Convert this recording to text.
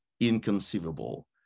inconceivable